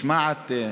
משמעת.